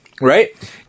right